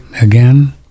again